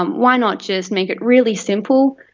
um why not just make it really simple,